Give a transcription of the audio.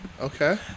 Okay